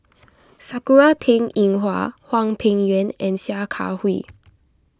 Sakura Teng Ying Hua Hwang Peng Yuan and Sia Kah Hui